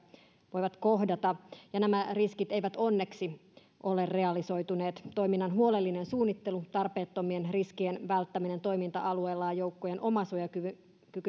voivat kohdata ja nämä riskit eivät onneksi ole realisoituneet toiminnan huolellinen suunnittelu tarpeettomien riskien välttäminen toiminta alueella joukkojen omasuojakykyyn